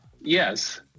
yes